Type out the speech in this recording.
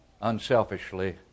unselfishly